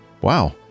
Wow